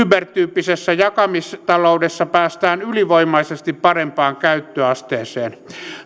uber tyyppisessä jakamistaloudessa päästään ylivoimaisesti parempaan käyttöasteeseen